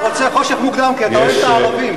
אתה רוצה חושך מוקדם כי אתה אוהב את הערבים,